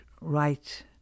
right